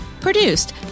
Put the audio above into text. produced